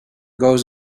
goes